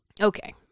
Okay